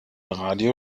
radio